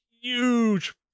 huge